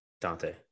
Dante